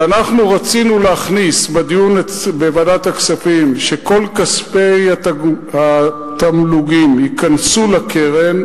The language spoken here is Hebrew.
כשרצינו להכניס בדיון בוועדת הכספים שכל כספי התמלוגים ייכנסו לקרן,